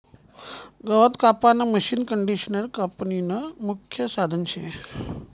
गवत कापानं मशीनकंडिशनर कापनीनं मुख्य साधन शे